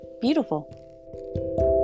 beautiful